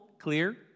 clear